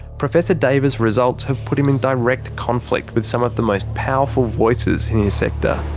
professor deva's results have put him in direct conflict with some of the most powerful voices in his sector.